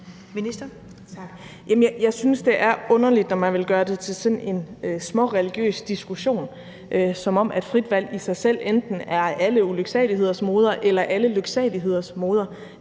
Jeg synes, det er underligt, når man vil gøre det til sådan en småreligiøs diskussion, som om frit valg i sig selv enten er alle ulyksaligheders moder eller alle lyksaligheders moder.